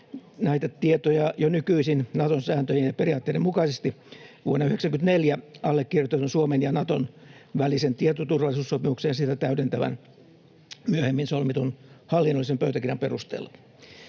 näitä tietoja jo nykyisin Naton sääntöjen ja periaatteiden mukaisesti vuonna 94 allekirjoitetun Suomen ja Naton välisen tietoturvallisuussopimuksen ja sitä täydentävän, myöhemmin solmitun hallinnollisen pöytäkirjan perusteella.